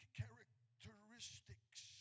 characteristics